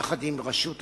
יחד עם רשות המסים.